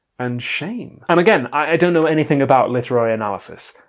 and shame. and again i don't know anything about literary analysis.